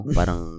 Parang